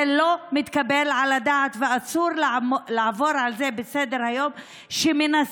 זה לא מתקבל על הדעת ואסור לעבור על זה לסדר-היום שמנסים,